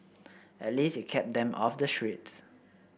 at least it kept them off the streets